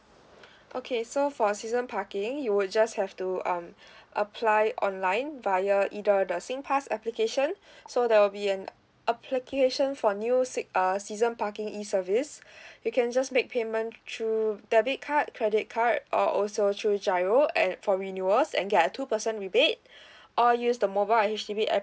okay so for a season parking you would just have to um apply online via either the same pass application so there will be an application for new se~ uh season parking E service you can just make payment through debit card credit card or also through giro and for renewals and get a two percent rebate or use the mobile H_D_B